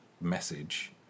message